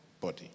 body